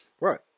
right